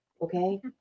Okay